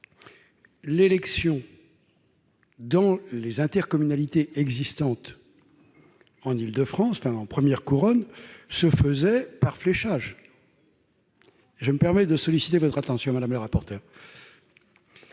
l'élection dans les intercommunalités existantes en Île-de-France en première couronne se faisait par fléchage, je me permets de solliciter votre attention madame le rapporteur